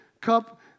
Cup